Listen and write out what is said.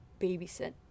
babysit